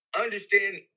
understand